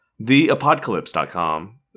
theapocalypse.com